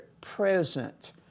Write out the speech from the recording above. present